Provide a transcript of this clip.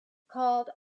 called